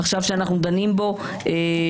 שאנחנו דנים בו עכשיו,